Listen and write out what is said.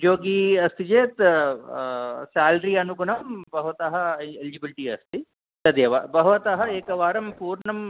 उद्योगी अस्ति चेत् सेल्री अनुगुणं भवतः एलिजिबिलिटि अस्ति तदेव भवतः एकवारं पूर्णम्